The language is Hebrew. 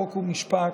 חוק ומשפט.